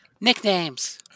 nicknames